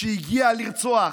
שהגיע לרצוח,